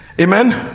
Amen